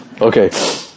Okay